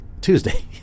Tuesday